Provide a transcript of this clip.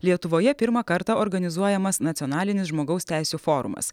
lietuvoje pirmą kartą organizuojamas nacionalinis žmogaus teisių forumas